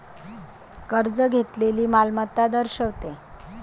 कर्ज घेतलेली मालमत्ता दर्शवते